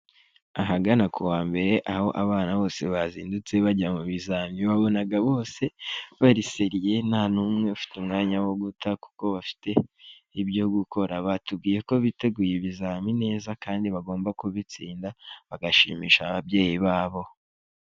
Ahagana ku wa mbere aho abana bose bazindutse bajya mu bizami, wabonaga bose bari seriye nta n'umwe ufite umwanya wo guta kuko bafite ibyo gukora, batubwiye ko biteguye ibizamini kandi bagomba kubitsinda, bagashimisha ababyeyi babo.